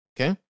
Okay